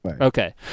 Okay